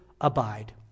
abide